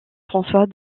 françois